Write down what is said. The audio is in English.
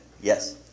Yes